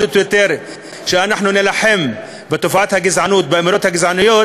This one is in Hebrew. שאנחנו נילחם בתופעת הגזענות ובאמירות הגזעניות.